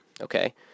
okay